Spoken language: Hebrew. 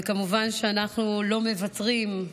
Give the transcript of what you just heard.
וכמובן שאנחנו לא מוותרים על